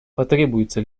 потребуется